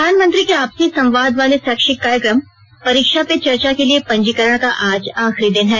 प्रधानमंत्री के आपसी संवाद वाले शैक्षिक कार्यक्रम परीक्षा पे चर्चा के लिए पंजीकरण का आज आखिरी दिन है